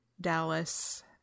Dallas